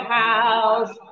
house